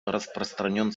распространен